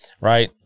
right